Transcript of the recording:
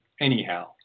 anyhow